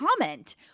comment